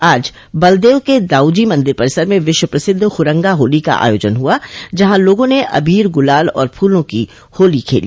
आज बलदेव के दाऊजी मंदिर परिसर में विश्व प्रसिद्ध हुरंगा होली का आयोजन हुआ जहां लोगों ने अबीर गुलाल और फूलों की होली खेली